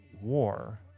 War